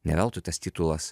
ne veltui tas titulas